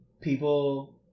people